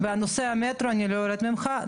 בנושא המטרו אני לא ארד ממך.